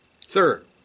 Third